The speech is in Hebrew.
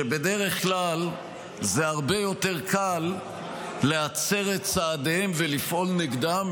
שבדרך כלל זה הרבה יותר קל להצר את צעדיהם ולפעול נגדם,